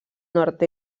nord